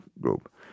group